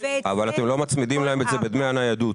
אבל אתם לא מצמידים להם את זה בדמי הניידות.